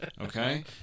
Okay